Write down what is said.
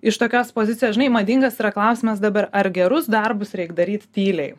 iš tokios pozicijos žinai madingas yra klausimas dabar ar gerus darbus reik daryt tyliai